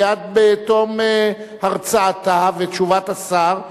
מייד בתום הרצאתה ותשובת השר,